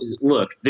look